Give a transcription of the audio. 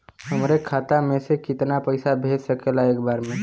हमरे खाता में से कितना पईसा भेज सकेला एक बार में?